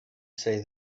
say